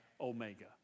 Omega